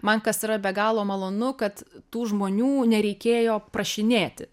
man kas yra be galo malonu kad tų žmonių nereikėjo prašinėti